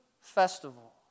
festival